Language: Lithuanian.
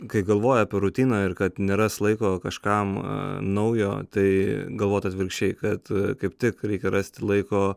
kai galvoja apie rutiną ir kad neras laiko kažkam naujo tai galvot atvirkščiai kad kaip tik reikia rasti laiko